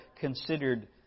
considered